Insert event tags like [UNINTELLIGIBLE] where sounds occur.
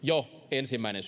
ensimmäinen [UNINTELLIGIBLE]